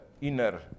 inner